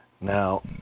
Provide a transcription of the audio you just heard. Now